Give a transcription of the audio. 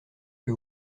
que